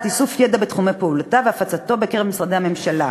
איסוף ידע בתחומי פעולתה והפצתו בקרב משרדי הממשלה,